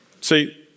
See